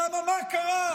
למה מה קרה?